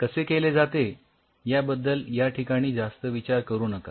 हे कसे केले जाते याबद्दल याठिकाणी जास्त विचार करू नका